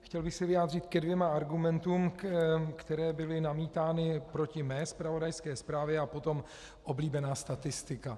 Chtěl bych se vyjádřit ke dvěma argumentům, které byly namítány proti mé zpravodajské zprávě, a potom oblíbená statistika.